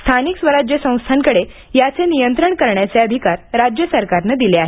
स्थानिक स्वराज्य संस्थांकडे याचे नियंत्रण करण्याचे अधिकार राज्यसरकारनं दिले आहेत